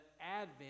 advent